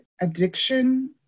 addiction